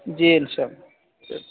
جی ان شاء اللہ چلیے